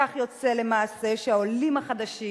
כך יוצא, למעשה, שהעולים החדשים